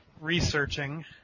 Researching